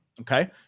okay